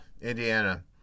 Indiana